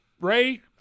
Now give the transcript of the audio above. ray